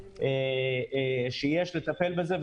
יש לטפל בזה,